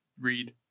read